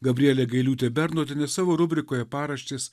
gabrielė gailiūtė bernotienė savo rubrikoje paraštės